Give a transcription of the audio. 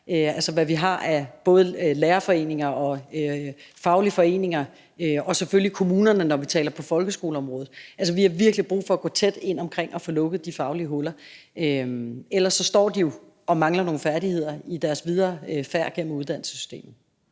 altså hvad vi har af både lærerforeninger og faglige foreninger og selvfølgelig kommunerne, når vi taler om folkeskoleområdet. Vi har virkelig brug for at gå tæt ind omkring at få lukket de faglige huller. Ellers står de og mangler nogle færdigheder i deres videre færd gennem uddannelsessystemet.